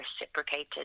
reciprocated